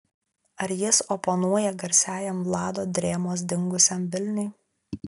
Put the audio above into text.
ar jis oponuoja garsiajam vlado drėmos dingusiam vilniui